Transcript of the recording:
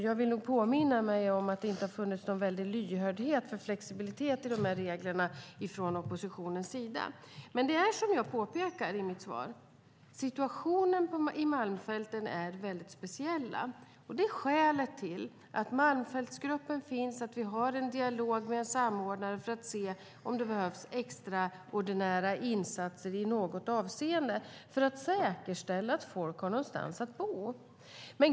Jag vill nog påminna om att det inte har funnits någon väldig lyhördhet och flexibilitet när det gäller de här reglerna från oppositionens sida. Som jag påpekar i mitt svar är situationen i Malmfälten väldigt speciell. Det är skälet till att Malmfältsgruppen finns och att vi har en dialog med en samordnare för att se om det behövs extraordinära insatser i något avseende och för att säkerställa att folk har någonstans att bo.